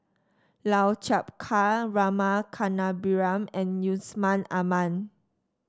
Lau Chiap Khai Rama Kannabiran and Yusman Aman